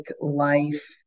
life